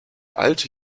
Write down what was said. alte